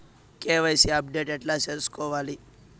KYC update ఎట్లా సేసుకోవాలి?